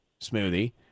smoothie